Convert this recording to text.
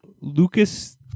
Lucas